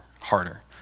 harder